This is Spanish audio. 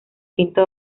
quinto